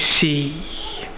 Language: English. see